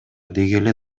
дегеле